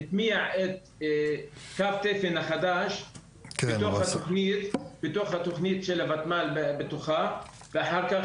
את מי יאחד קו התפן החדש בתוך התכנית של הוותמ"ל ואחר כך